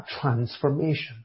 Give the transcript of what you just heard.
transformation